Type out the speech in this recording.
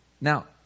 Now